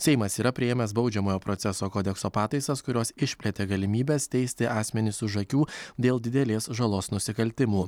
seimas yra priėmęs baudžiamojo proceso kodekso pataisas kurios išplėtė galimybes teisti asmenis už akių dėl didelės žalos nusikaltimų